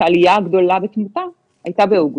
שהעלייה הגדולה בתמותה הייתה באוגוסט,